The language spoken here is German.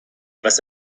was